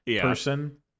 person